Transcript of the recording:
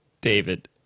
David